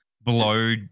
blow